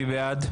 מי בעד?